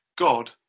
god